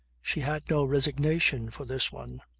she had no resignation for this one.